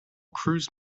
cruise